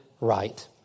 right